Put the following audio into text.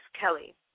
Kelly